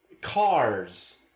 cars